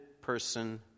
person